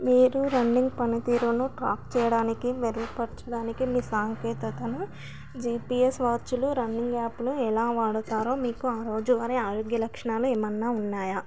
మీరు రన్నింగ్ పని తీరును ట్రాక్ చేయడానికి మెరుగుపరచడానికి మీసాంకేతతను జీపీఎస్ వాచ్లు రన్నింగ్ యాప్లు ఎలా వాడతారో మీకు ఆరోజు అరే ఆరోగ్య లక్షణాలు ఏమన్నా ఉన్నాయా